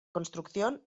construcción